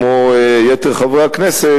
כמו יתר חברי הכנסת,